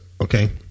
okay